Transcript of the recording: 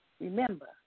remember